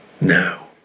now